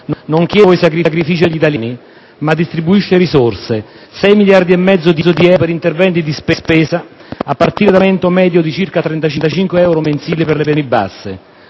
non chiede nuovi sacrifici agli italiani, ma distribuisce risorse: 6,5 miliardi di euro per interventi di spesa, a partire dall'aumento medio di circa 35 euro mensili per le pensioni basse.